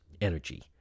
energy